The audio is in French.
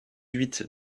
huit